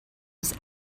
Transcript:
was